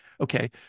Okay